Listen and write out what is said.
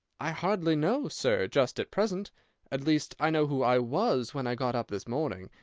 i hardly know, sir, just at present at least i know who i was when i got up this morning,